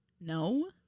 No